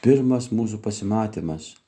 pirmas mūsų pasimatymas